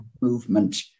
movement